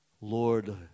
Lord